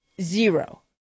zero